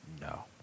No